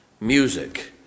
music